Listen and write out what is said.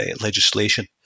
legislation